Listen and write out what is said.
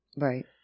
Right